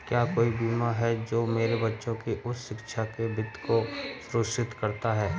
क्या कोई बीमा है जो मेरे बच्चों की उच्च शिक्षा के वित्त को सुरक्षित करता है?